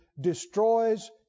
destroys